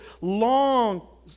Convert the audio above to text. long